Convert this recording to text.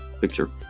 picture